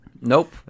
Nope